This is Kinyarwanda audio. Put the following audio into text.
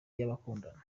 y’abakundana